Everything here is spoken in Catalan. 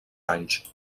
anys